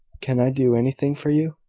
can i do anything for you?